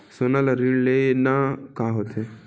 सोना ले ऋण लेना का होथे?